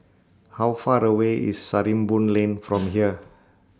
How Far away IS Sarimbun Lane from here